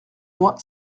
moi